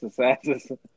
exercises